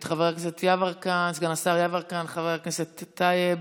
את סגן השר יברקן, את חבר הכנסת טייב,